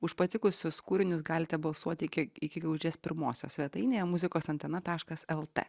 už patikusius kūrinius galite balsuoti iki gegužės pirmosios svetainėje muzikos antena taškas lt